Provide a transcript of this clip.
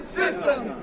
system